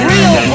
Real